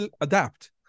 adapt